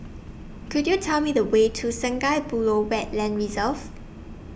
Could YOU Tell Me The Way to Sungei Buloh Wetland Reserve